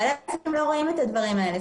בעלי העסקים לא רואים את הדברים האלה,